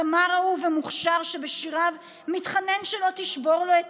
זמר אהוב ומוכשר שבשיריו מתחנן שלא תשבור לו את